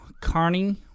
Carney